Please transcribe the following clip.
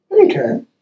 okay